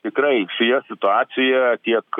tikrai šioje situacijoje tiek